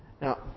Now